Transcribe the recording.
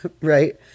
Right